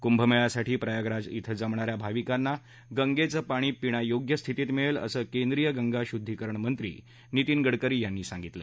कुंभमेळ्यासाठी प्रयागराज ि जमणा या भाविकांना गंगेचं पाणी पिण्यायोग्य स्थितीत मिळेल असं केंद्रीय गंगा शुद्धीकरण मंत्री नितीन गडकरी यांनी सांगितलं